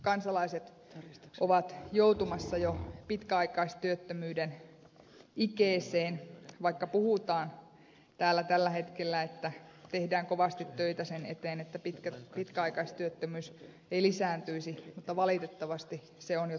kansalaiset ovat joutumassa jo pitkäaikaistyöttömyyden ikeeseen vaikka puhutaan täällä tällä hetkellä että tehdään kovasti töitä sen eteen että pitkäaikaistyöttömyys ei lisääntyisi mutta valitettavasti se on jo tapahtunut